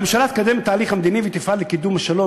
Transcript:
"הממשלה תקדם תהליך מדיני ותפעל לקידום השלום